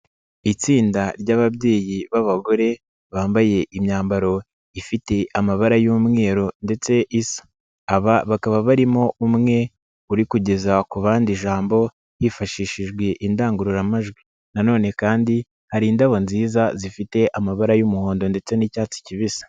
Itsinda ry'ababyeyi b'abagore bambaye imyambaro ifite amabara y'umweru ndetse isa, aba bakaba barimo umwe uri kugeza ku bandi ijambo hifashishijwe indangururamajwi na none kandi hari indabo nziza zifite amabara y'umuhondo ndetse n'icyatsi kibisi.